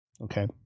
Okay